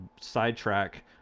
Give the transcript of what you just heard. sidetrack